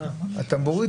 אבל הטמבורית,